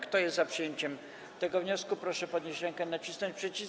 Kto jest za przyjęciem tego wniosku, proszę podnieść rękę i nacisnąć przycisk.